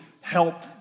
help